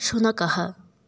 शुनकः